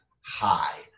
high